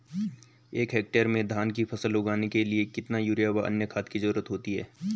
एक हेक्टेयर में धान की फसल उगाने के लिए कितना यूरिया व अन्य खाद की जरूरत होती है?